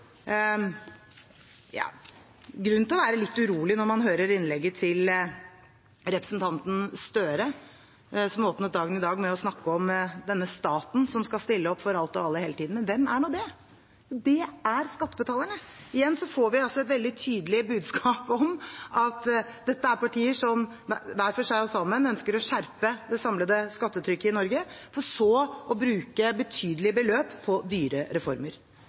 til å være litt urolig når man hører innlegget til representanten Gahr Støre, som åpnet dagen i dag med å snakke om denne staten som skal stille opp for alt og alle hele tiden. Men hvem er nå det? Det er skattebetalerne. Igjen får vi altså et veldig tydelig budskap om at dette er partier som hver for seg og sammen ønsker å skjerpe det samlede skattetrykket i Norge for så å bruke betydelige beløp på